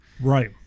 Right